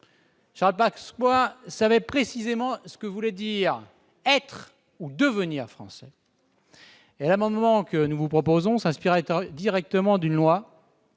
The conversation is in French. Charles Pasqua savait précisément ce que voulait dire être ou devenir français. L'amendement que nous vous proposons s'inspire directement d'une loi